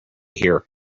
hear